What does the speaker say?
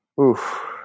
Oof